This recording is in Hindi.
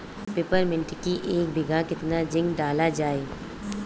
पिपरमिंट की एक बीघा कितना जिंक डाला जाए?